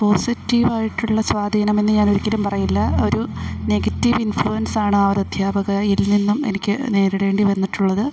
പോസിറ്റീവായിട്ടുള്ള സ്വാധീനമെന്ന് ഞാനൊരിക്കലും പറയില്ല ഒരു നെഗറ്റീവ് ഇൻഫ്ലുവൻസാണ് ആ ഒരു അധ്യാപകയിൽനിന്നും എനിക്കു നേരിടേണ്ടി വന്നിട്ടുള്ളത്